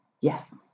Yes